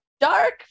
dark